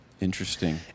interesting